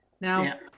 now